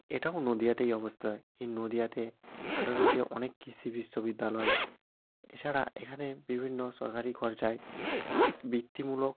এটাও নদিয়াতেই অবস্থায় এই নদিয়াতে আরও রয়েছে অনেক কৃষি বিশ্ববিদ্যালয় এছাড়া এখানে বিভিন্ন সরকারি খরচায় বৃত্তি মূলক